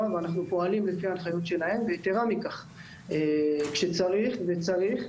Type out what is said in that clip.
ואנחנו פעלים על פי ההנחיות שלהם ויתרה מכך כשצריך וצריך.